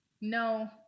no